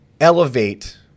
elevate